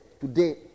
today